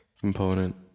component